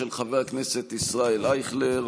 של חבר הכנסת ישראל אייכלר,